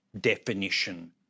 definition